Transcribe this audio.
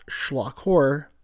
Schlockhorror